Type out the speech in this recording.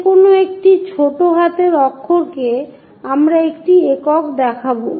যেকোনো একটি ছোট হাতের অক্ষরকে আমরা একটি একক দেখাবো